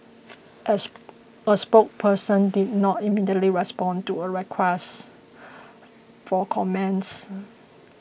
as a spokesperson did not immediately respond to a request for comments